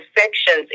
sections